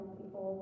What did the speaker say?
people